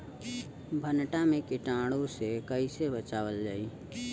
भनटा मे कीटाणु से कईसे बचावल जाई?